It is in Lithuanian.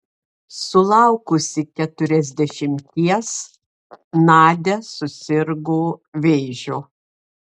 sulaukusi keturiasdešimties nadia susirgo vėžiu